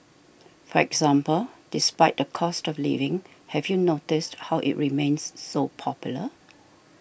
for example despite the cost of living have you noticed how it remains so popular